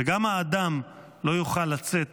וגם האדם לא יוכל לצאת